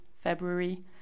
February